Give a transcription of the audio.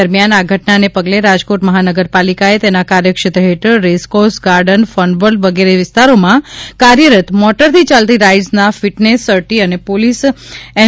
દરમ્યાન આ ઘટનાને પગલે રાજકોટ મહાનગરપાલિકાએ તેના કાર્યક્ષેત્ર હેઠળ રેસક્રોસ ગાર્ડન ફનવર્લ્ડ વગેરે વિસ્તારોમાં કાર્યરત મોટરથી ચાલતી રાઇડ્સના ફિટનેસ સર્ટી અને પોલિસ એન